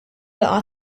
laqgħa